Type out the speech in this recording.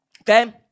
Okay